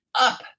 up